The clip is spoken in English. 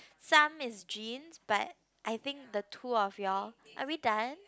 some is genes but I think the two of you all are we done